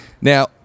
Now